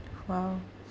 !wow!